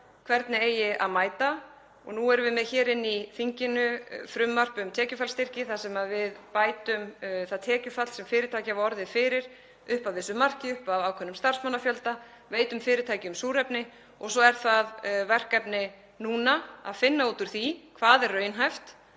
hvernig eigi að mæta. Nú erum við með hér í þinginu frumvarp um tekjufallsstyrki þar sem við bætum það tekjufall sem fyrirtæki hafa orðið fyrir, upp að vissu marki, upp að ákveðnum starfsmannafjölda, veitum fyrirtækjum súrefni. Verkefnið núna er að finna út úr því hvað er raunhæft